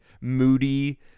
moody